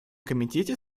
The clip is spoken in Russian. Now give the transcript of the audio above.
комитете